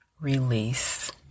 release